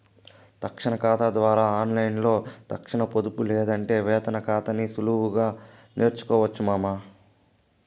తక్షణ కాతా ద్వారా ఆన్లైన్లో తక్షణ పొదుపు లేదంటే వేతన కాతాని సులువుగా తెరవొచ్చు మామా